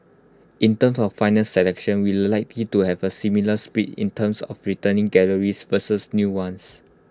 in terms of final selection we will likely to have A similar split in terms of returning galleries versus new ones